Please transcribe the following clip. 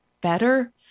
better